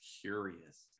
curious